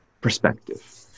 perspective